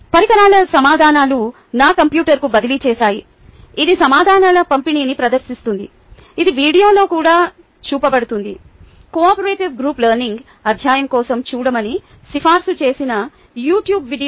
పరికరాలు సమాధానాలను నా కంప్యూటర్కు బదిలీ చేశాయి ఇది సమాధానాల పంపిణీని ప్రదర్శిస్తుంది ఇది వీడియోలో కూడా చూపబడుతుంది కోఆపరేటివ్ గ్రూప్ లెర్నింగ్ అధ్యాయం కోసం చూడమని సిఫార్సు చేసిన యూట్యూబ్ వీడియో